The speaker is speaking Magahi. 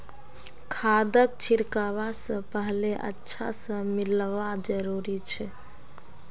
खादक छिड़कवा स पहले अच्छा स मिलव्वा जरूरी छ